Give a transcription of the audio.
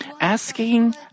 asking